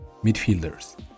Midfielders